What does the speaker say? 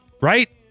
Right